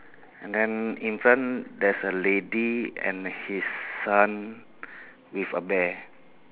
and then in front there's a lady and she's son with a bear